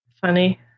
funny